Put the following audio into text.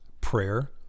prayer